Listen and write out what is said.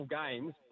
games